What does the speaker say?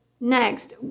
next